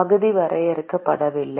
பகுதி வரையறுக்கப்படவில்லை